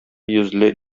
йөзле